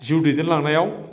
जिउ दैदेनलांनायाव